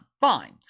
fine